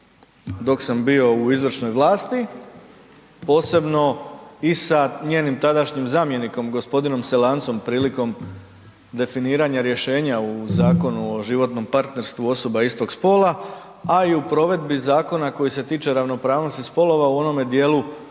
dok sam bio u izvršnoj vlasti posebno i sa njenim tadašnjim zamjenikom g. Selancom prilikom definiranja rješenja u Zakonu o životnom partnerstvu osoba istog spola a i u provedbi zakona koji se tiče ravnopravnosti spolova u onome dijelu